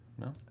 No